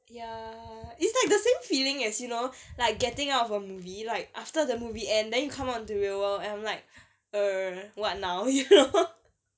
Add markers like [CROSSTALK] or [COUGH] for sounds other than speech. ya it's like the same feeling as you know like getting out of a movie like after the movie and then come on to real world and I'm like err and then what now you know [LAUGHS]